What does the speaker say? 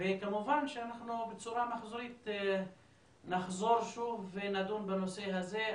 כמובן שאנחנו בצורה מחזורית נחזור שוב ונדון בנושא הזה,